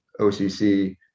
OCC